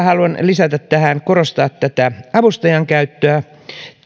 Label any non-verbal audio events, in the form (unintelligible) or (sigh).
(unintelligible) haluan vielä lisäksi korostaa avustajan käyttöä